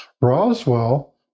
Roswell